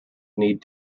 need